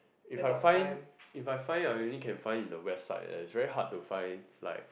if I find if I find I only can find in the west side is very hard to find like